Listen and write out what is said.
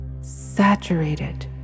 saturated